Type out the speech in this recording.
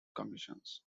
commissions